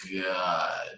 God